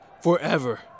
forever